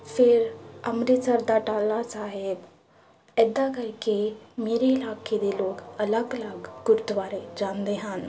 ਫਿਰ ਅੰਮ੍ਰਿਤਸਰ ਦਾ ਟਾਹਲਾ ਸਾਹਿਬ ਇੱਦਾਂ ਕਰਕੇ ਮੇਰੇ ਇਲਾਕੇ ਦੇ ਲੋਕ ਅਲੱਗ ਅਲੱਗ ਗੁਰਦੁਆਰੇ ਜਾਂਦੇ ਹਨ